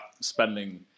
spending